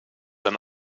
dann